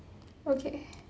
okay